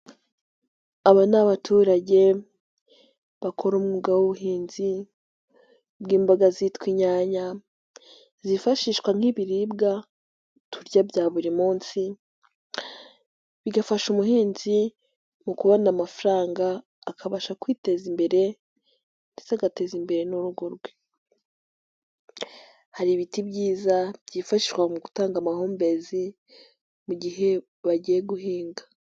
Aba ni abaturage bakora umwuga w'ubuhinzi bw'imboga zitwa inyanya zifashishwa nk'ibiribwa turya bya buri munsi bigafasha umuhinzi mu kubona amafaranga akabasha kwiteza imbere ndetse agateza imbere n'urugo rwe, hari ibiti byiza byifashishwa mu gutanga amahumbezi mu gihe bagiye guhinga.